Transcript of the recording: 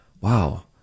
wow